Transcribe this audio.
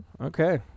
Okay